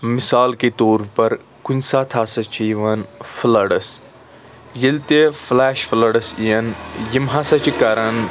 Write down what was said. مِثال کے طور پر کُنہِ ساتہٕ ہَسا چھ یِوان فُلَڈس ییٚلہِ تہِ فُلیش فلڈس یِن یم ہَسا چھِ کَران